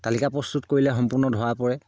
তালিকা প্ৰস্তুত কৰিলে সম্পূৰ্ণ ধৰা পৰে